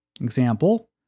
Example